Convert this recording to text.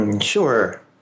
Sure